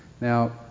Now